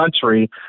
country